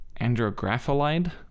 andrographolide